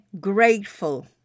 grateful